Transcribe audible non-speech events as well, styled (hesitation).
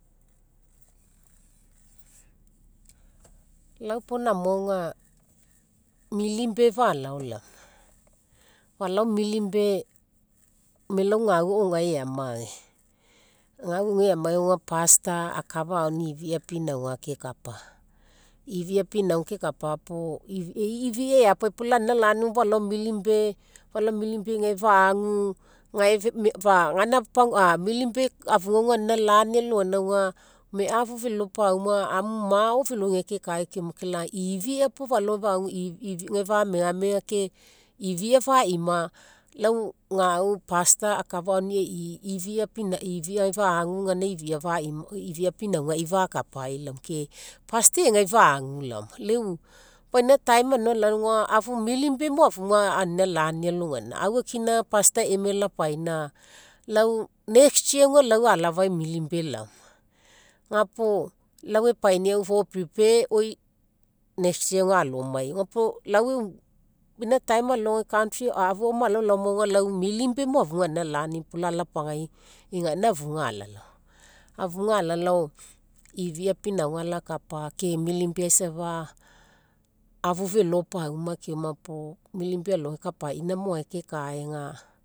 Lau pau namo aga, milne bay fa lao laoma. Fa lao milne bay gome lau gau ao gae eamage. Gau gae eamage pastor akafa ifia pinauga kekapa. Ifia pinauga kekapa puo, e'i ifia eapa puo lau anina lani fa lao milne bay, fa lao milne bay gae faagu (hesitation) milne bay afuga aga anina lani alogaina aga gome afu felo pauma amu ma'o gae kekaega kai keoma kai lai ifia puo fa lao gae (hesitation) fa megamega ke ifia faima gau pastor akafa auni e'i ifia gae faagu gaina ifina faima, ifia pinaugai fakapaii laoma ke pastor egai faagu laoma. Leu, pau ina time aga afu milne bay mo afuga anina lani alogaina. Aufakina pastor emai lapaina, lau next year aga lau alafai milne bay laoma. Ga puo lau epainiau fo prepare. next year aga alo mai. Ga puo lau e'u, ina time alogai (hesitation) afu ao ma lao laoma aga lau milne bay mo afuga anina lani po lau alapagai egaina afuga ala lao. Afuga ala lao ifia pinauga alakapa ke milne bay ai safa, afu felo pauma keoma puo milne bay alogai kapaina mo gae kekaega